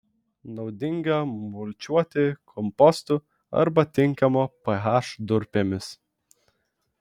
naudinga mulčiuoti kompostu arba tinkamo ph durpėmis